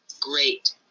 great